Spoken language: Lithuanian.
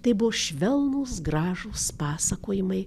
tai buvo švelnūs gražūs pasakojimai